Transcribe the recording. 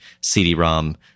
CD-ROM